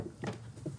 שוב,